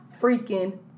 freaking